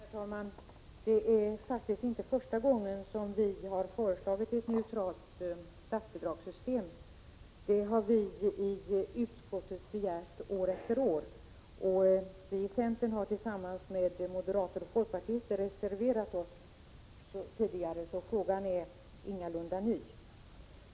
Herr talman! Det är faktiskt inte första gången som vi har föreslagit ett neutralt statsbidragssystem. Det har vi begärt i utskottet år efter år, och vi i centern har tillsammans med moderater och folkpartister reserverat oss tidigare, så frågan är ingalunda ny.